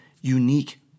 unique